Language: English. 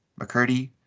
McCurdy